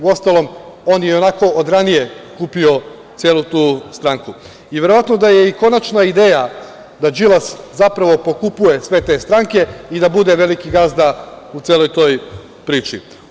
Uostalom, on je i onako od ranije kupio celu tu stranku i verovatno da je i konačna ideja da Đilas zapravo pokupuje sve te stranke i da bude veliki gazda u celoj toj priči.